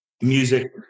Music